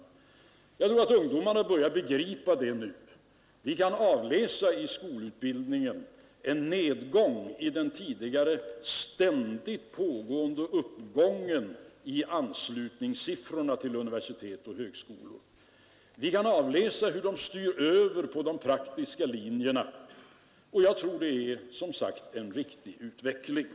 Jag tror att ungdomarna börjar begripa det nu. Vi kan avläsa en nedgång i den tidigare ständigt pågående uppgången i inskrivningssiffrorna vid universitet och högskolor. Vi kan avläsa hur de studerande styr över till de praktiska linjerna, och jag tror att detta är en riktig utveckling.